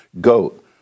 Goat